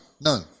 none